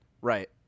Right